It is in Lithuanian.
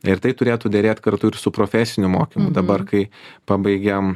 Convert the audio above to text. ir tai turėtų derėt kartu ir su profesiniu mokymu dabar kai pabaigiam